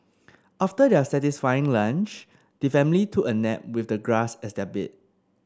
after their satisfying lunch the family took a nap with the grass as their bed